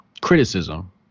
criticism